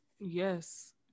Yes